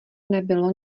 nebylo